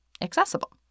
accessible